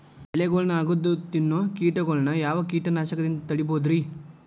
ಎಲಿಗೊಳ್ನ ಅಗದು ತಿನ್ನೋ ಕೇಟಗೊಳ್ನ ಯಾವ ಕೇಟನಾಶಕದಿಂದ ತಡಿಬೋದ್ ರಿ?